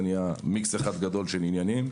זה נהיה מיקס אחד גדול של עניינים.